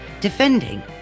defending